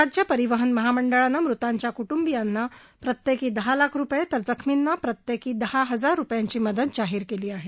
राज्य परिवहन महामंडळानं मृतांच्या कुटुंबांना प्रत्येकी दहा लाख रुपये तर जखमींना प्रत्येकी दहा हजार रुपयांची मदत जाहीर केली आहे